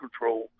control